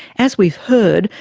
as we've heard,